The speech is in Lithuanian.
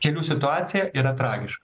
kelių situacija yra tragiška